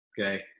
Okay